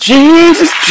Jesus